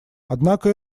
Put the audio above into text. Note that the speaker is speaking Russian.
однако